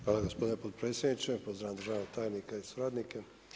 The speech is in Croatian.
Hvala gospodine potpredsjedniče, pozdravljam državnog tajnika i suradnike.